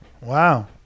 Wow